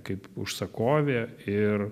kaip užsakovė ir